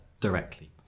directly